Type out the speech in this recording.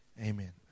amen